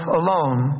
alone